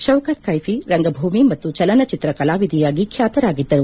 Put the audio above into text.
ಶೌಖತ್ ಕೈಫಿ ರಂಗಭೂಮಿ ಮತ್ತು ಚಲನಚಿತ್ರ ಕಲಾವಿದೆಯಾಗಿ ಖ್ಯಾತರಾಗಿದ್ದರು